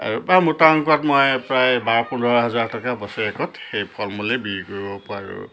আৰু এটা মোটা অংকত মই প্ৰায় বাৰ পোন্ধৰ হাজাৰ টকা বছৰেকত সেই ফল মূলেই বিকি কৰিব পাৰোঁ